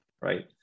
right